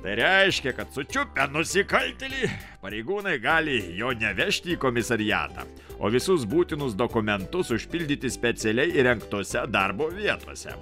tai reiškia kad sučiupę nusikaltėlį pareigūnai gali jo nevežti į komisariatą o visus būtinus dokumentus užpildyti specialiai įrengtose darbo vietose